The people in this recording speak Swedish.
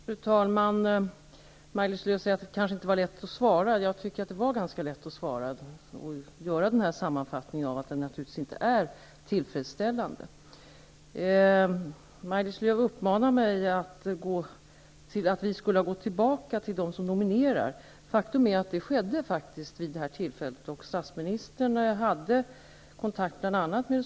Fru talman! Maj-Lis Lööw sade att det kanske inte var så lätt att svara. Jag tycker att det var ganska lätt att svara och göra den sammanfattning som jag gjorde, att situationen naturligtvis inte är tillfredsställande. Maj-Lis Lööw uppmanar mig att gå tillbaka till dem som nominerat. Faktum är att det faktiskt skedde. Statsministern hade kontaktat bl.a.